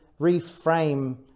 reframe